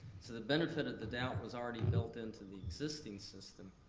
so the benefit of the doubt was already built into the existing system.